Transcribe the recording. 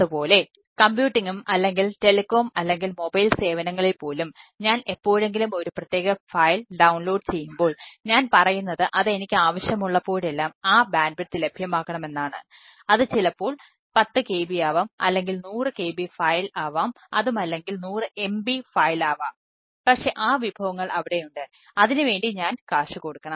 അത് പോലെ കമ്പ്യൂട്ടിംഗും ആവാം പക്ഷേ ആ വിഭവങ്ങൾ അവിടെയുണ്ട് അതിനുവേണ്ടി ഞാൻ കാശ് കൊടുക്കണം